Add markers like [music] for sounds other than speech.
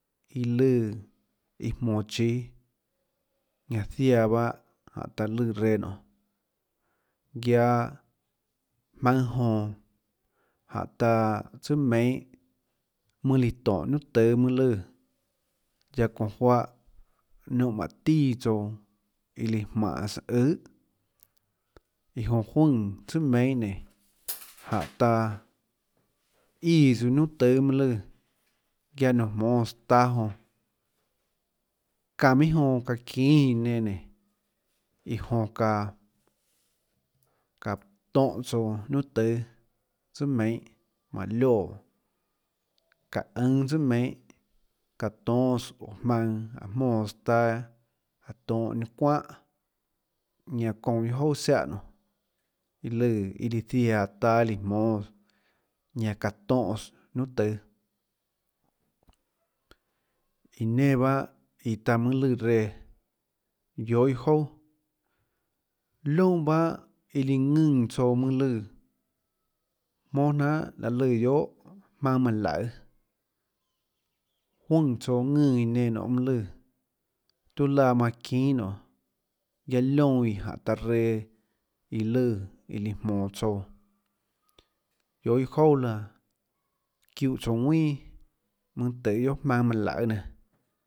Lã lùã jmonå chíâ ñanã ziaã bahâ jáhå taã lùã reã nionê guiaâ jmaønâ jonã jáhå taã tsùà meinhâ mønâ líã tóhå niunà tùâ mønâ lùã guiaâ çounã juáhã niónhã manã tíã tsouã iã líã jmánhås øhà iã jonã jønè tsùà meinhâ nénå [noise] jáhå taã íãs nuinà tùâ mønâ lùã guiaâ niónhã jmóâs taâ jonã çanã minhà jonã çaã çínã iã nenã nénå iã jonã çaã çaã tóhå tsouã niunà tùâ tsùà mienhâ mánhå lioè çaå ùnâ tsùà meinhâ çaã tonhâs óå jmaønã áhå jmóãs taâ áå tonhâs ninâ çuánhà ñanã çounã iâ jouà ziáhã nionê iâ lùã iâ líã ziaã taâ iã líã jmóâs ñanã çaã tónhãs niunà tùâ iã nenã bahâ iã taã monâ lùã reã guiohà iâ jouà liónã bahâ iã líã ðùnã tsouã mønâ lùã jmónà jnanhà laê lùã guiohà jmaønâ manã laøê juøè tsouã ðùnã iã nenã nionê mønâ lùã tiuâ laã manã çínâ nionê guiaâ liónã jánhå taã reã iã lùã iã líã jmonå tsouã guiohà iâ jouà laã çiúhã tsouã ðuinà mønâ tøhê guiohà jmaønâ manã laøê nenã.